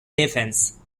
defense